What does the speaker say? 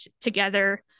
together